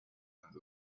hands